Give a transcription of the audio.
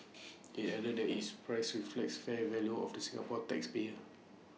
IT added that its price reflects fair value of the Singaporean tax payer